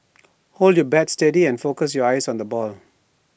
hold your bat steady and focus your eyes on the ball